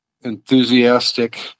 enthusiastic